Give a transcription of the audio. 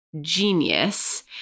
genius